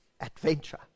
adventure